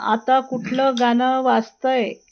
आता कुठलं गाणं वाजत आहे